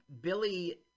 Billy